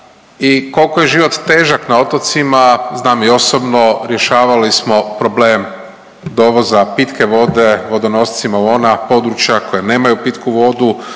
i koliko je život težak na otocima znam i osobno, rješavali smo problem dovoza pitke vode vodonoscima u ona područja koja nemaju pitku vodu.